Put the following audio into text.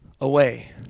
away